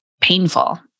painful